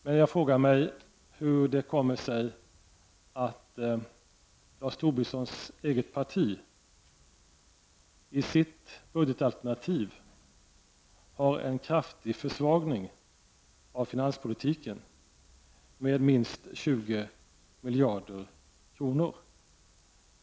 Men jag frågar mig hur det kommer sig att Lars Tobissons eget parti i sitt budgetalternativ vill ha en kraftig försvagning av finanspolitiken, med minst 20 miljarder kronor.